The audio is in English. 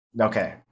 okay